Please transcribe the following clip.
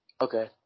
Okay